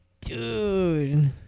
dude